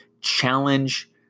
challenge